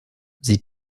sie